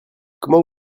comment